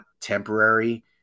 temporary